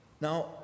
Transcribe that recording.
Now